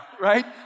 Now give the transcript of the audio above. right